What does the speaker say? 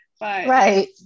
Right